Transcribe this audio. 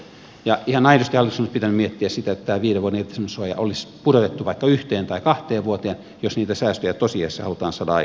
ihan aidosti hallituksen olisi pitänyt miettiä sitä että tämä viiden vuoden irtisanomissuoja olisi pudotettu vaikka yhteen tai kahteen vuoteen jos niitä säästöjä tosiasiassa halutaan saada aikaiseksi